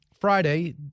Friday